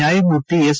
ನ್ನಾಯಮೂರ್ತಿ ಎಸ್